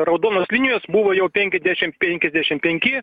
raudonos linijos buvo jau penkiadešim penkiasdešim penki